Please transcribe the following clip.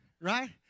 right